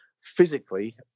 physically